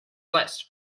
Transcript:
list